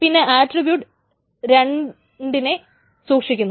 പിന്നെ അട്രിബ്യൂട്ട് 2 വിനെ സൂക്ഷിക്കുന്നു